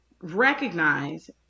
recognize